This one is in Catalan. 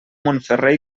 montferrer